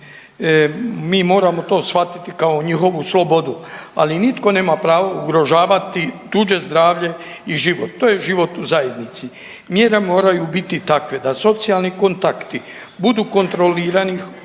mi moramo to shvatiti kao njihovu slobodu. Ali nitko nema pravo ugrožavati tuđe zdravlje i život. To je život u zajednici. Mjere moraju biti takve da socijalni kontakti budu kontrolirani